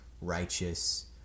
righteous